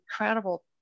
incredible